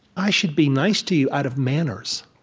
i should be nice to you out of manners,